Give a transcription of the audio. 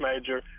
major